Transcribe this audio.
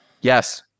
Yes